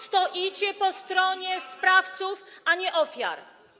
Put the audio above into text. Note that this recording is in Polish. Stoicie po stronie sprawców, a nie ofiar.